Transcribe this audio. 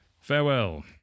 farewell